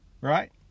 Right